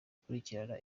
gukurikirana